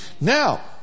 Now